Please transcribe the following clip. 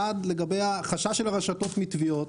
אחד, לגבי החשש של הרשתות מתביעות,